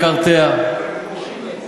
ליצור קרע כזה בין דתיים לחילונים זה אסון נורא.